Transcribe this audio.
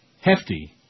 hefty